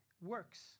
works